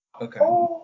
Okay